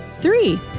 three